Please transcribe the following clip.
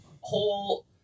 whole